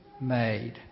made